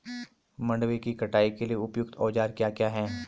मंडवे की कटाई के लिए उपयुक्त औज़ार क्या क्या हैं?